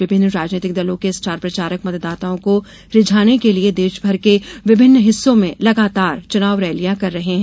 विभिन्न राजनीतिक दलों के स्टार प्रचारक मतदाताओं को रिझाने के लिये देशभर के विभिन्न हिस्सों में लगातार चुनाव रैलियां कर रहे हैं